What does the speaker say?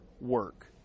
work